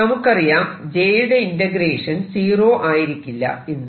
നമുക്കറിയാം j യുടെ integration zero ആയിരിക്കില്ല എന്ന്